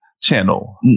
channel